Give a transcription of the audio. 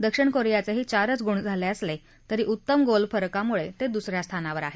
दक्षिण कोरियाचेही चारच गुण असले तरी उत्तम गोलफरकामुळे ते दुसऱ्या स्थानावर आहेत